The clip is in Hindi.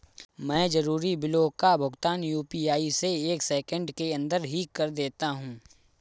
मैं जरूरी बिलों का भुगतान यू.पी.आई से एक सेकेंड के अंदर ही कर देता हूं